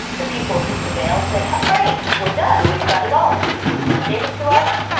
the people who prevailed said, how great we're done. we've got it all. the supreme court gave it to us.